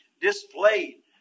displayed